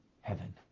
heaven